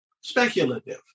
speculative